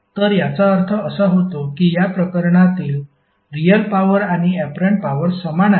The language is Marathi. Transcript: तर याचा अर्थ असा होतो की या प्रकरणातील रियल पॉवर आणि ऍपरंट पॉवर समान आहेत